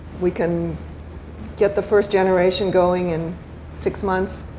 we can get the first generation going in six months?